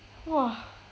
!wah!